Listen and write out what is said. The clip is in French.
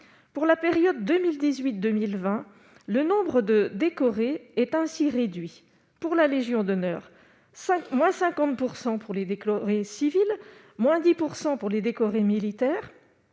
pour la période 2018, 2020 le nombre de décorés est ainsi réduit pour la Légion d'honneur 5 mois 50 % pour les décors civils, moins 10 % pour les décorer militaires